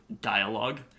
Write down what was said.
dialogue